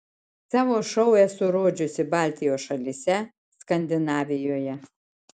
savo šou esu rodžiusi baltijos šalyse skandinavijoje